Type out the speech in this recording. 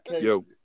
Yo